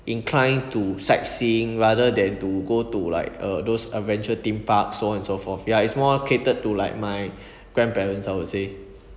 incline to sightseeing rather than to go to like uh those adventure theme park so and so forth ya it's more catered to like my grandparents I would say